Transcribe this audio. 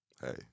Hey